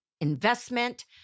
investment